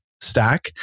stack